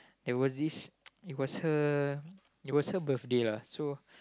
that was his it was her it was her birthday lah so